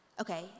okay